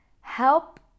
help